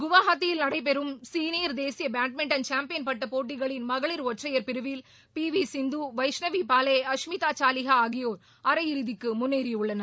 குவாஹாத்தியில் நடைபெறும் சீனியர் தேசிய badminton champion பட்ட போட்டிகளின் மகளிர் ஒற்றையர் பிரிவில் பி வி சிந்து வைஷ்ணவி பாலே அஷ்மிதா சாலிஹா ஆகியோர் அரையிறுதிக்கு முன்னேறியுள்ளனர்